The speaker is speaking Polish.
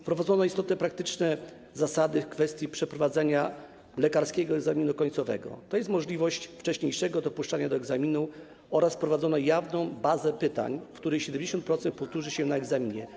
Wprowadzono istotne praktyczne zasady w kwestii przeprowadzania lekarskiego egzaminu końcowego, tj. możliwość wcześniejszego dopuszczenia do egzaminu, oraz wprowadzono jawną bazę pytań, 70% których powtórzy się na egzaminie.